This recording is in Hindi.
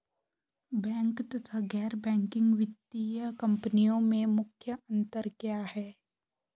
बैंक तथा गैर बैंकिंग वित्तीय कंपनियों में मुख्य अंतर क्या है?